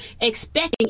expecting